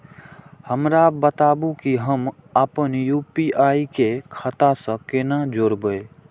हमरा बताबु की हम आपन यू.पी.आई के खाता से कोना जोरबै?